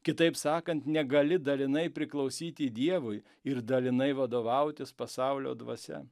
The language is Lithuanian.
kitaip sakant negali dalinai priklausyti dievui ir dalinai vadovautis pasaulio dvasia